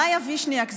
מאיה וישניאק,